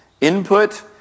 input